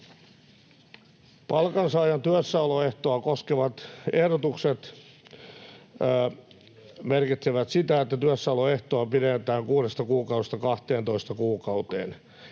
Palkansaajan työssäoloehtoa koskevat ehdotukset merkitsevät sitä, että työssäoloehtoa pidennetään kuudesta kuukaudesta 12 kuukauteen.